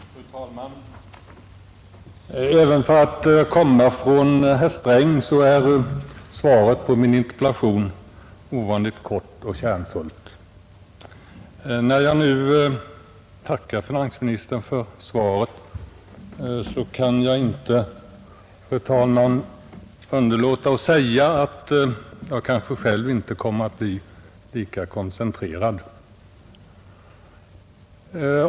Fru talman! Även för att komma från herr Sträng är svaret på min interpellation ovanligt kort och kärnfullt. När jag nu tackar finansministern för svaret kan jag, fru talman, inte underlåta att säga att jag själv inte kommer att bli lika koncentrerad.